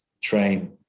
train